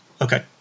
Okay